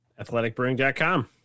Athleticbrewing.com